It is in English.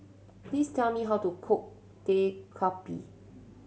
please tell me how to cook